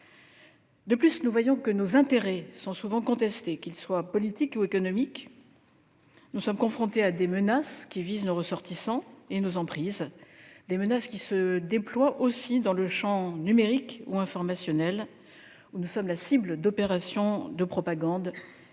De plus, nous voyons que nos intérêts sont souvent contestés, qu'ils soient politiques ou économiques. Nous sommes confrontés à des menaces qui visent nos ressortissants et nos emprises, des menaces qui se déploient aussi dans le champ numérique ou informationnel, où nous sommes la cible d'opérations de propagande